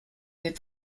des